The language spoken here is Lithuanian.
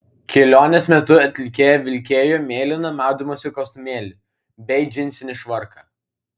kelionės metu atlikėja vilkėjo mėlyną maudymosi kostiumėlį bei džinsinį švarką